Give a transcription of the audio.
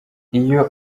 iyo